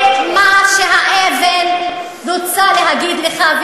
צא מן הסבל שלי, זה מה שהאבן רוצה להגיד לך.